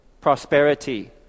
prosperity